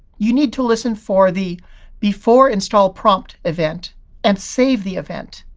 you need to listen for the beforeinstallprompt event and save the event.